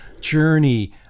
journey